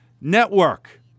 network